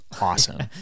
awesome